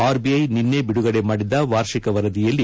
RBI ನಿನ್ನೆ ಬಿಡುಗಡೆ ಮಾಡಿದ ವಾರ್ಷಿಕ ವರದಿಯಲ್ಲಿ